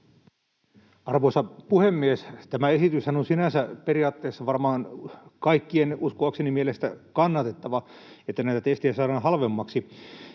Arvoisa puhemies! Tämä esityshän on sinänsä periaatteessa varmaan uskoakseni kaikkien mielestä kannatettava, että näitä testejä saadaan halvemmaksi.